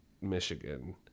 Michigan